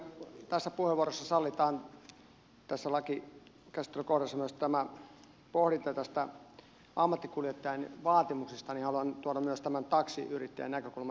kun kerran tässä lain käsittelyn yhteydessä sallitaan myös pohdinta näistä ammattikuljettajien vaatimuksista haluan tuoda myös taksiyrittäjän näkökulman esille